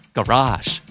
Garage